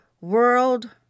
world